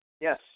Yes